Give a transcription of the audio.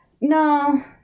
No